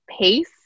pace